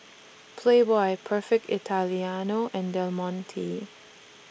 Playboy Perfect Italiano and Del Monte